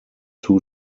two